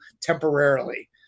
temporarily